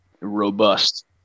Robust